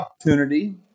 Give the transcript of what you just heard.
opportunity